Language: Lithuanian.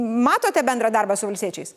matote bendrą darbą su valstiečiais